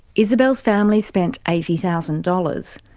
isabelle's family spent eighty thousand dollars.